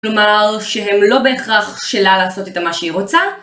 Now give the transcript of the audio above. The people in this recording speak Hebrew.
כלומר שהם לא בהכרח שלה, לעשות איתה מה שהיא רוצה.